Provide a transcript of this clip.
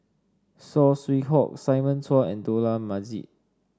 Saw Swee Hock Simon Chua and Dollah Majid